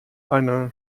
eine